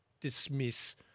dismiss